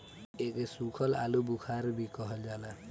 एके सुखल आलूबुखारा भी कहल जाला